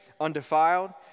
undefiled